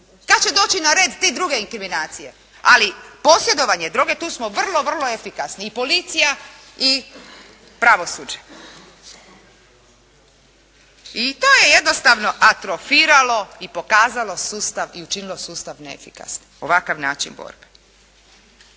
Kad će doći na red druge inkriminacije? Ali posjedovanje droge, tu smo vrlo, vrlo efikasni, i policija i pravosuđe. I to je jednostavno atrofiralo i pokazalo sustav, i učinilo sustav neefikasnim ovakav način borbe.